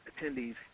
attendees